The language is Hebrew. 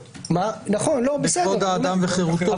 כבוד האדם וחירותו.